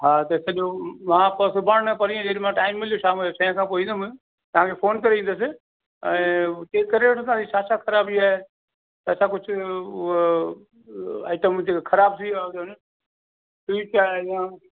हा त सॼो मां पोइ सुभाणे न परीहं जेॾीमहिल टाईम मिलियो शाम जो छहें खां पोइ ईंदुमि तव्हां खे फ़ोन करे ईंदुमि ऐं चेक करे वठंदासीं छा छा ख़राबी आहे असां कुझु उहो आईटम जेके ख़राबु थी विया हुजनि स्विच आहिनि